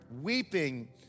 weeping